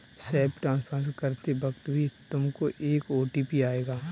self transfer करते वक्त भी तुमको एक ओ.टी.पी आएगा